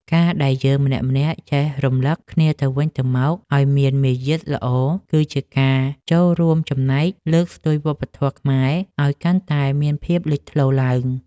ការដែលយើងម្នាក់ៗចេះរំលឹកគ្នាទៅវិញទៅមកឱ្យមានមារយាទល្អគឺជាការចូលរួមចំណែកលើកស្ទួយវប្បធម៌ខ្មែរឱ្យកាន់តែមានភាពលេចធ្លោឡើង។